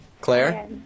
Claire